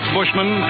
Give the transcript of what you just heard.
Bushman